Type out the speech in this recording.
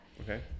Okay